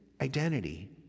identity